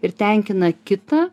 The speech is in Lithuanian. ir tenkina kitą